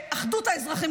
לא היה לי את הזמן.